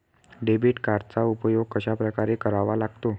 Debit कार्डचा उपयोग कशाप्रकारे करावा लागतो?